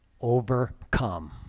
overcome